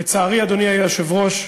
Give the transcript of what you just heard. לצערי, אדוני היושב-ראש,